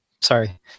sorry